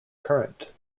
current